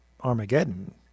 Armageddon